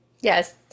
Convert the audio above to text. Yes